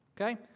Okay